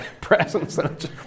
presence